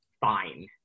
fine